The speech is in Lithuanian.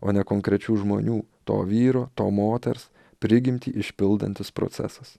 o ne konkrečių žmonių to vyro to moters prigimtį išpildantis procesas